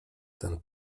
ten